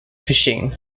fishing